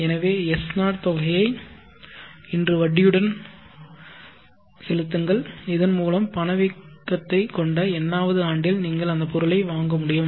எனவே S0 தொகையை இன்று வட்டியுடன் சொல்லுங்கள் இதன் மூலம் பணவீக்கத்தைக் கொண்ட n வது ஆண்டில் நீங்கள் அந்த பொருளை வாங்க முடியும்